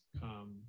come